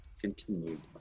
continued